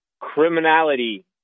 criminality